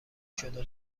شده